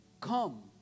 come